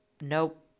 nope